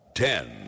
Ten